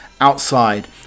outside